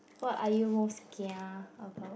what are you most kia about